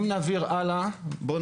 זה